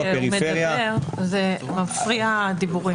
נראה לי שהוא מדבר והדיבורים מפריעים.